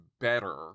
better